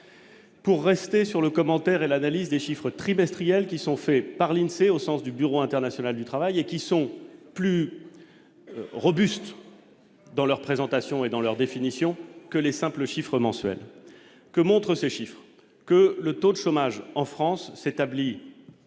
pour rester sur le commentaire et l'analyse des chiffres trimestriels qui sont faits par l'INSEE au sens du Bureau international du travail, et qui sont plus robustes dans leur présentation et dans leur définition que les simples chiffres mensuels que montrent ces chiffres que le taux de chômage en France s'établit,